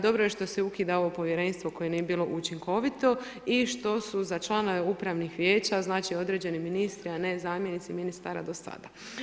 Dobro je što se ukida ovo povjerenstvo koje nije bilo učinkovito i što su za članove upravnih vijeća, znači određeni ministri, a ne zamjenici ministara do sada.